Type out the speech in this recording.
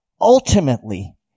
ultimately